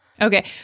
Okay